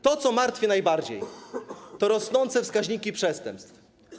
To, co martwi najbardziej, to rosnące wskaźniki przestępstw.